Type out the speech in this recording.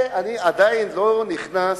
אני עדיין לא נכנס